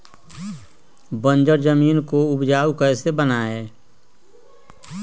बंजर जमीन को उपजाऊ कैसे बनाय?